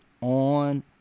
on